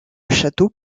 château